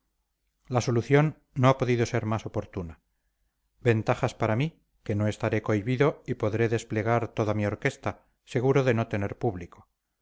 la solución no ha podido ser más oportuna ventajas para mí que no estaré cohibido y podré desplegar toda mi orquesta seguro de no tener público